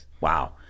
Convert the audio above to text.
Wow